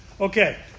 Okay